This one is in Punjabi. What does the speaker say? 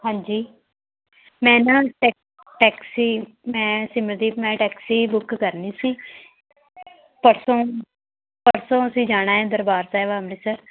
ਹਾਂਜੀ ਮੈਂ ਨਾ ਟੈਕ ਟੈਕਸੀ ਮੈਂ ਸਿਮਰਦੀਪ ਮੈਂ ਟੈਕਸੀ ਬੁੱਕ ਕਰਨੀ ਸੀ ਪਰਸੋਂ ਪਰਸੋਂ ਅਸੀਂ ਜਾਣਾ ਹੈ ਦਰਬਾਰ ਸਾਹਿਬ ਅੰਮ੍ਰਿਤਸਰ